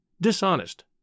dishonest